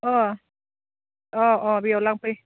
अ अ अ बेयाव लांफै